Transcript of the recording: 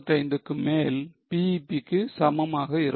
75 க்கு மேல் BEP க்கு சமமாக இருக்கும்